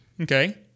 Okay